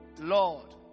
Lord